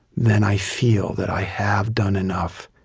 then i feel that i have done enough,